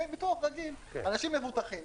יש ביטוח רגיל, אנשים מבוטחים.